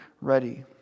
ready